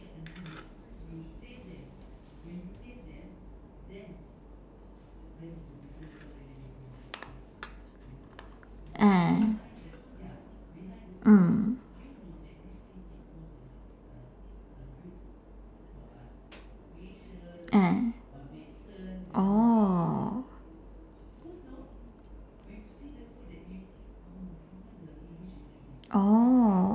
ah mm ah oh oh